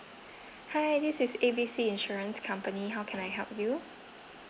hi this is A B C insurance company how can I help you